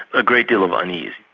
a great deal of unease.